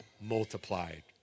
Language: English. multiplied